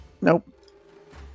Nope